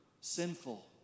sinful